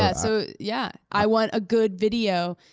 yeah so, yeah, i want a good video.